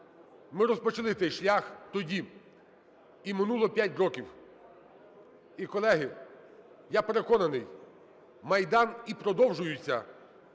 Ми розпочали цей шлях тоді, і минуло 5 років. І, колеги, я переконаний, Майдан і продовжується